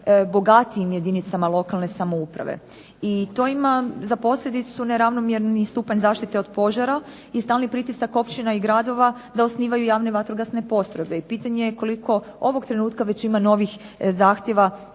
bogatijim jedinicama lokalne samouprave i to ima za posljedicu neravnomjerni stupanj zaštite od požara i stalni pritisak općina i gradova da osnivaju javne vatrogasne postrojbe. I pitanje je koliko ovog trenutka već ima novih zahtjeva